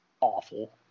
Awful